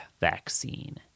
vaccine